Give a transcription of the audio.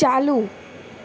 चालू